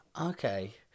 Okay